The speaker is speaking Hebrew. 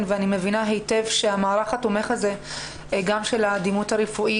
ואני מבינה היטב שהמערך התומך הזה גם של הדימות הרפואי,